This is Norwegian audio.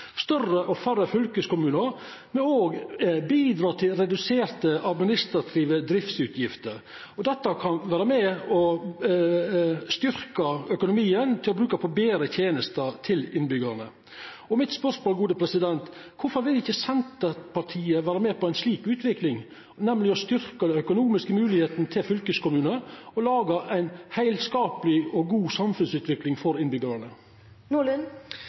Større og færre fylkeskommunar vil òg bidra til reduserte administrative driftsutgifter, og dette kan vera med og styrkja økonomien ved å bruka midlane til betre tenester til innbyggjarane. Mitt spørsmål: Kvifor vil ikkje Senterpartiet vera med på ei slik utvikling, nemleg å styrkja den økonomiske moglegheita til fylkeskommunane og laga ei heilskapleg og god samfunnsutvikling for